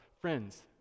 Friends